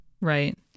right